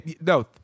No